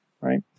Right